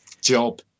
Job